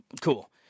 Cool